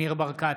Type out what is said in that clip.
ניר ברקת,